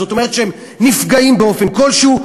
זאת אומרת שהם נפגעים באופן כלשהו,